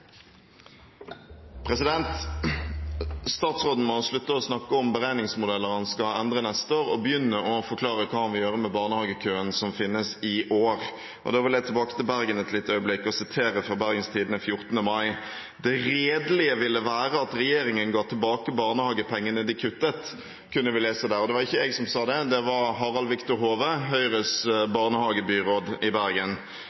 Statsråden må slutte å snakke om beregningsmodeller han skal endre neste år og begynne å forklare hva han vil gjøre med barnehagekøen som finnes i år. Da vil jeg tilbake til Bergen et lite øyeblikk og sitere fra Bergens Tidende 14. mai: «Det redelige ville vært at regjeringen ga tilbake barnehagepengene de kuttet», kunne vi lese der. Det var ikke jeg som sa det, det var Harald Victor Hove, Høyres